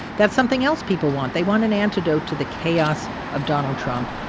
that's something else people want. they want an antidote to the chaos of donald trump.